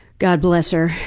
god bless her.